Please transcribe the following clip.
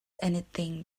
anything